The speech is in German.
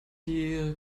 die